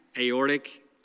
aortic